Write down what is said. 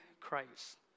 Christ